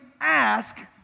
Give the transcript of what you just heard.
ask